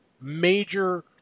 major